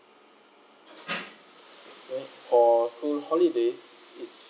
okay for school holidays is